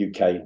uk